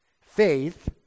faith